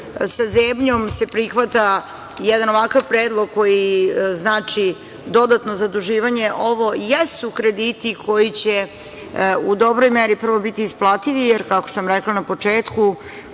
sa zebnjom prihvata jedan ovakav predlog koji znači dodatno zaduživanje, ovo jesu krediti koji će u dobroj meri prvo biti isplativi, jer, kako sam rekla na početku,